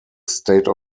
state